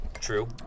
True